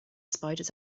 spiders